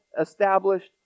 established